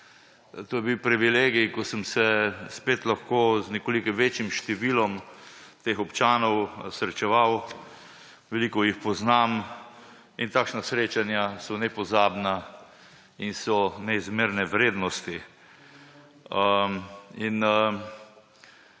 To je bil privilegij, ko sem se spet lahko z nekoliko večjim številom teh občanov srečeval, veliko jih poznam, in takšna srečanja so nepozabna in so neizmerne vrednosti.